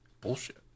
Bullshit